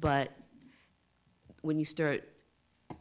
but when you start